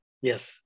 Yes